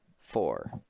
Four